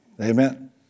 Amen